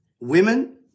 women